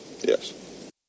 Yes